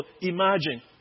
imagine